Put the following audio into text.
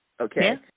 Okay